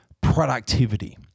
productivity